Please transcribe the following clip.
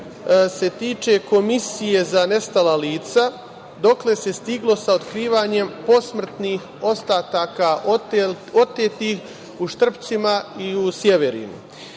se tiče Komisije za nestala lica – dokle se stiglo sa otkrivanjem posmrtnih ostataka otetih u Štrpcima i u Sjeverinu? Mislim